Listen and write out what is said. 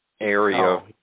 area